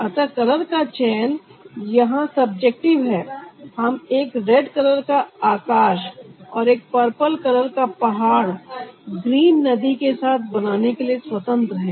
अतः कलर का चयन यहां सब्जेक्टिव है हम एक रेड कलर का आकाश और एक पर्पल कलर का पहाड़ ग्रीन नदी के साथ बनाने के लिए स्वतंत्र हैं